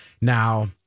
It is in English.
Now